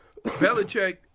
Belichick